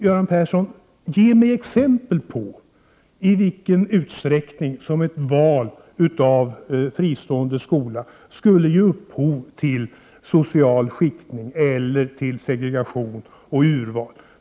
Göran Persson, ge mig exempel på i vilken utsträckning som ett val av fristående skola skulle ge upphov till social skiktning eller till segregation och urval.